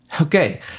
Okay